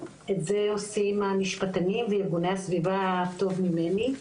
את זה עושים המשפטנים וארגוני הסביבה טוב ממני,